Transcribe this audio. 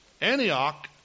Antioch